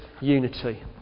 unity